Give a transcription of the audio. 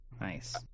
Nice